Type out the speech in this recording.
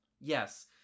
Yes